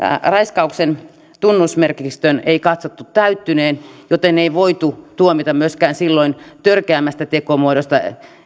raiskauksen tunnusmerkistön ei katsottu täyttyneen joten ei voitu tuomita silloin myöskään törkeämmästä tekomuodosta